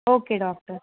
okay doctor